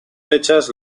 fechas